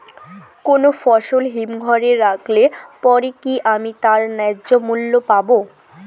কোনো ফসল হিমঘর এ রাখলে পরে কি আমি তার ন্যায্য মূল্য পাব?